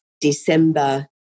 December